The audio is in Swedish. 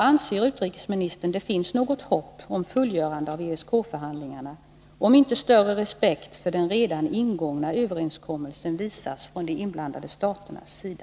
Anser utrikesministern att det finns något hopp om fullgörande av ESK-förhandlingarna om inte större respekt för den redan ingångna överenskommelsen visas från de inblandade staternas sida?